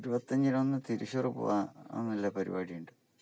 ഇരുപത്തിഅഞ്ചിനൊന്ന് തൃശ്ശൂര് പോകാൻ ഉള്ള പരിപാടി ഉണ്ട്